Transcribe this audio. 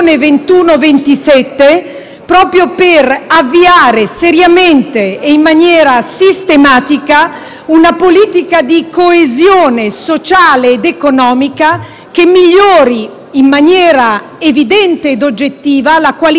proprio per avviare seriamente e in maniera sistematica una politica di coesione sociale ed economica che migliori evidentemente e oggettivamente la qualità della vita e il benessere